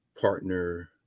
partner